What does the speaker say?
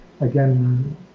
again